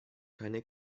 keine